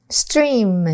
stream